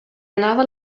anava